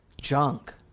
Junk